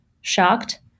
shocked